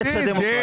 אורית, עם כל הכבוד.